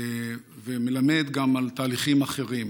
ומלמד גם על תהליכים אחרים.